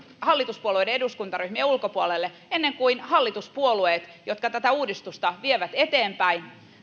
hallituspuolueiden eduskuntaryhmien ulkopuolelle ennen kuin hallituspuolueet jotka tätä uudistusta vievät eteenpäin